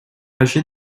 âgé